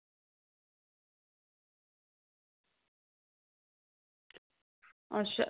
अच्छा